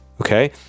Okay